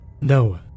No